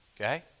Okay